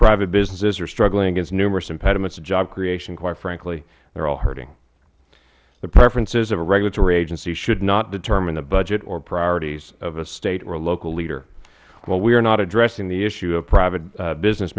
private businesses are struggling against numerous impediments to job creation quite frankly they are all hurting the preferences of a regulatory agency should not determine the budget or priorities of a state or local leader while we are not addressing the issue of private business